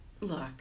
Look